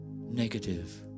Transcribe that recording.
negative